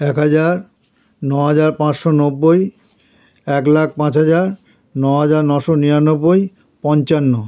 এক হাজার ন হাজার পাঁশশো নব্বই এক লাখ পাঁচ হাজার ন হাজার নশো নিরানব্বই পঞ্চান্ন